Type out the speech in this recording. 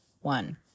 one